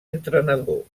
entrenador